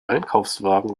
einkaufswagen